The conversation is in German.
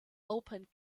open